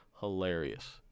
Hilarious